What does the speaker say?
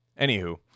anywho